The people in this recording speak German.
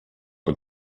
und